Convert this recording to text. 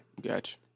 Gotcha